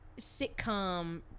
sitcom